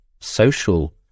social